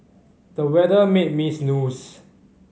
the weather made me